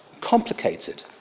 complicated